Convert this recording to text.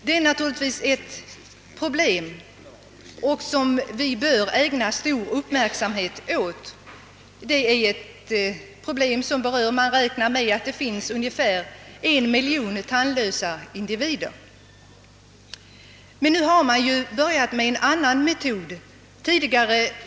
Det är naturligtvis ett problem som vi bör ägna stor uppmärksamhet åt. Man räknar med att det finns ungefär en miljon tandlösa individer som berörs av detta problem. Men nu har man börjat med en annan metodik vid tandprotesframställning.